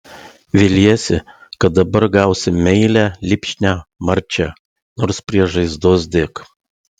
viliesi kad dabar gausi meilią lipšnią marčią nors prie žaizdos dėk